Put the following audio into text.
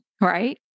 right